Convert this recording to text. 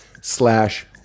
slash